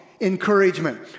encouragement